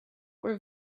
were